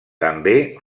també